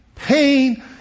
pain